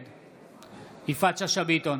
נגד יפעת שאשא ביטון,